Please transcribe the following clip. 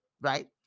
right